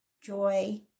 joy